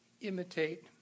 imitate